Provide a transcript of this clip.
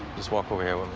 just walk over here with